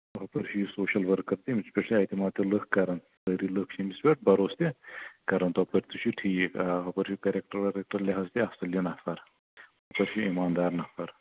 چھُ یہِ social worker تہِ أمِس پٮ۪ٹھ چھِ اعتِماد تہِ لُکھ کران سٲری لُکھ چھِ أمِس پٮ۪ٹھ بَروسہٕ تہِ کَرَن تَپٲرۍ تہِ چھُ ٹھیٖک آ ہُپٲرۍ چھُ کیریکٹر ویریکٹر لِہاظ تہِ اَصٕل یہِ نَفر یہِ چھُ ایٖماندار نَفر